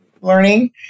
learning